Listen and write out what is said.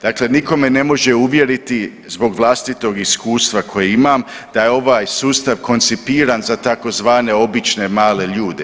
Dakle, nitko me ne može uvjeriti iz vlastitog iskustva koje imam da je ovaj sustav koncipiran za tzv. obične male ljude.